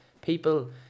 People